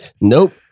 Nope